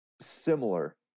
similar